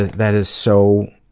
that is so